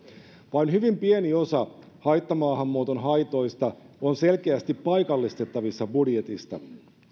vain hyvin pieni osa haittamaahanmuuton haitoista on selkeästi paikallistettavissa budjetista